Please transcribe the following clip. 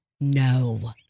No